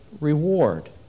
reward